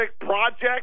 project